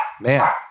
man